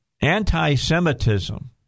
anti-Semitism